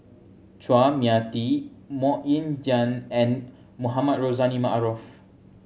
Chua Mia Tee Mok Ying Jang and Mohamed Rozani Maarof